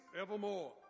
evermore